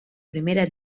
primera